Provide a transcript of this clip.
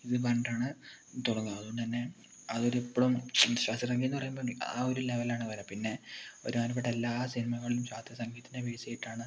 ഇങ്ങനെ പറഞ്ഞിട്ടാണ് തുടങ്ങുക അതുകൊണ്ടു തന്നെ അത് ഒരു ഇപ്പോഴും ശാസ്ത്രീയ സംഗിതംന്ന് പറയുമ്പം ആ ഒരു ലെവലിൽ ആണ് വരുക പിന്നെ ഒരുമാതിരി പെട്ട എല്ലാ സിനിമകളിലും ശാസ്ത്രീയ സംഗീതത്തെ ബെയ്സ് ചെയ്തിട്ടാണ്